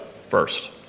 first